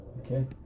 Okay